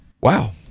Wow